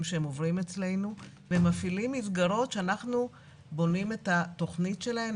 שהם עוברים אצלנו והם מפעילים מסגרות שאנחנו בונים את התכנית שלהן,